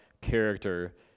character